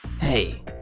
Hey